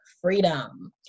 freedom